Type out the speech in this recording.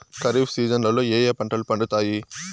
ఖరీఫ్ సీజన్లలో ఏ ఏ పంటలు పండుతాయి